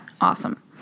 awesome